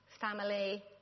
family